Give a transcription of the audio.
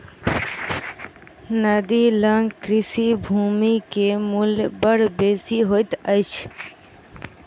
नदी लग कृषि भूमि के मूल्य बड़ बेसी होइत अछि